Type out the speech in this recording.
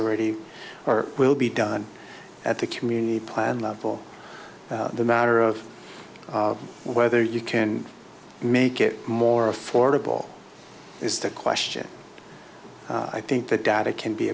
already or will be done at the community plan level the matter of whether you can make it more affordable is the question i think that data can be